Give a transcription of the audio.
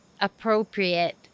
appropriate